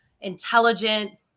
intelligent